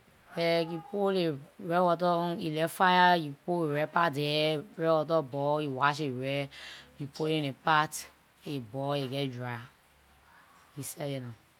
Like you put ley rice water on, you light fire, you put rice pot there, rice water boil, you wash the rice, you put it in the pot, it boil, it geh dry, you set it down.